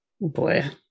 Boy